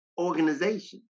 organization